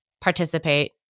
participate